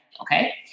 Okay